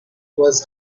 was